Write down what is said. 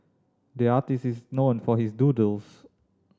the artist is known for his doodles